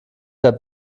der